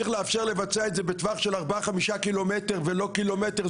צריך לאפשר לבצע את זה בטווח של 4-5 קילומטר ולא קילומטר,